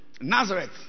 Nazareth